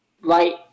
Right